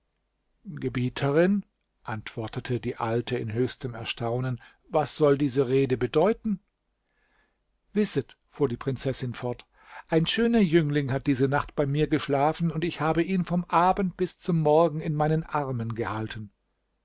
antwortete die alte in höchstem erstaunen was soll diese rede bedeuten wisset fuhr die prinzessin fort ein schöner jüngling hat diese nacht bei mir geschlafen und ich habe ihn vom abend bis zum morgen in meinen armen gehalten